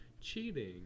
cheating